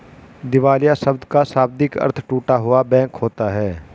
दिवालिया शब्द का शाब्दिक अर्थ टूटा हुआ बैंक होता है